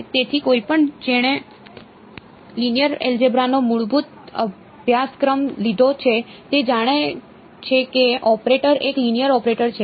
તેથી કોઈપણ જેણે લિનિયર એલજેબ્રા નો મૂળભૂત અભ્યાસક્રમ લીધો છે તે જાણે છે કે ઓપરેટર એક લીનિયર ઓપરેટર છે